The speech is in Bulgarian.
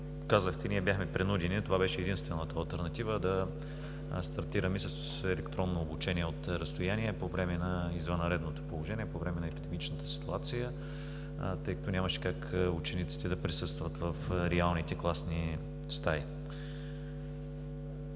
казахте, ние бяхме принудени – това беше единствената алтернатива, да стартираме с електронно обучение от разстояние по време на извънредното положение, по време на епидемичната ситуация, тъй като нямаше как учениците да присъстват в реалните класни стаи.